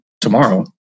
tomorrow